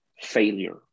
failure